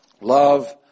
Love